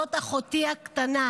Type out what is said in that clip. וזאת אחותי הקטנה,